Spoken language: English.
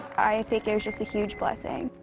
i think it was just a huge blessing.